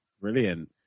brilliant